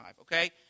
Okay